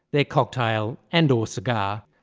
their cocktail and or cigar,